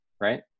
right